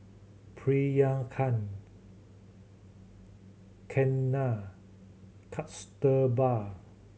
Priyanka Ketna Kasturba